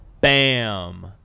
Bam